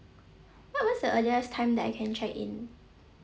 what what's the earliest time that I can check in